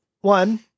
One